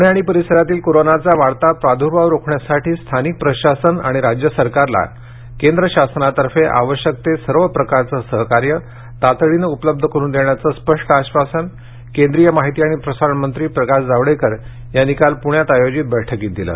पूणे आणि परिसरातील कोरोनाचा वाढता प्रार्द्भाव रोखण्यासाठी स्थानिक प्रशासन आणि राज्य सरकारला केंद्र शासनातर्फे आवश्यक ते सर्व प्रकारचं सहकार्य तातडीनं उपलब्ध करून देण्याचं स्पष्ट आश्वासन केंद्रीय माहिती आणि प्रसारण मंत्री प्रकाश जावडेकर यांनी काल पुण्यात आयोजित बैठकीत दिलं